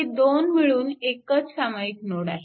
हे दोन मिळून एकच सामायिक नोड आहे